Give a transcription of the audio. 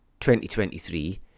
2023